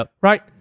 right